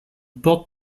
porte